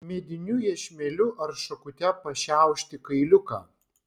mediniu iešmeliu ar šakute pašiaušti kailiuką